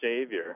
Savior